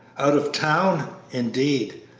out of town? indeed!